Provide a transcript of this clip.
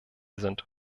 sind